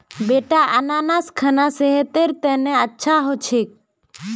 बेटा अनन्नास खाना सेहतेर तने अच्छा हो छेक